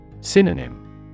Synonym